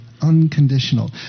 unconditional